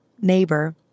neighbor